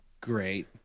great